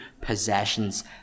possessions